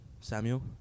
Samuel